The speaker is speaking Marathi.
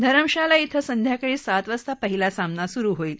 धरमशाला इथं संध्याकाळी सात वाजता पहिला सामना सुरु होईल